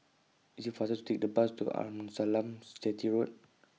IT IS faster to Take The Bus to Arnasalam Chetty Road